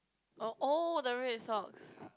of all the red socks